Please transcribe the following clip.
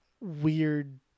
weird